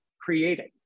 creating